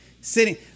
sitting